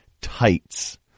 tights